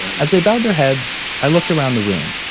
as they bowed their heads, i looked around the room.